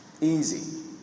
Easy